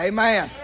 Amen